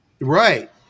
right